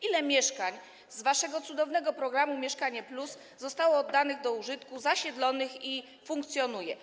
Ile mieszkań z waszego cudownego programu „Mieszkanie+” zostało oddanych do użytku, zasiedlonych i funkcjonuje?